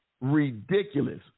ridiculous